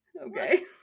Okay